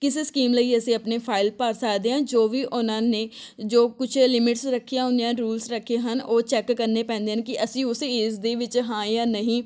ਕਿਸ ਸਕੀਮ ਲਈ ਅਸੀਂ ਆਪਣੀ ਫਾਈਲ ਭਰ ਸਕਦੇ ਹਾਂ ਜੋ ਵੀ ਉਹਨਾਂ ਨੇ ਜੋ ਕੁਛ ਲਿਮਿਟਸ ਰੱਖੀਆਂ ਹੁੰਦੀਆਂ ਰੂਲਸ ਰੱਖੇ ਹਨ ਉਹ ਚੈੱਕ ਕਰਨੇ ਪੈਂਦੇ ਹਨ ਕਿ ਅਸੀਂ ਉਸ ਏਜ਼ ਦੇ ਵਿੱਚ ਹਾਂ ਜਾਂ ਨਹੀਂ